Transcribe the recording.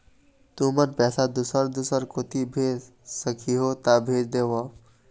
तुमन पैसा दूसर दूसर कोती भेज सखीहो ता भेज देवव?